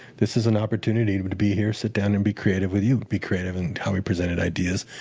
this is an opportunity to but be here, sit down and be creative with you. be creative in how we presented ideas,